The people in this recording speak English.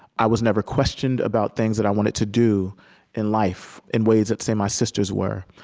i was never questioned about things that i wanted to do in life in ways that, say, my sisters were.